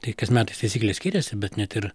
tai kas metais taisyklės skiriasi bet net ir